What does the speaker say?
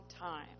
time